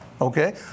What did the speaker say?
Okay